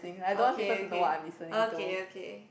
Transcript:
okay okay okay okay